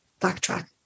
backtrack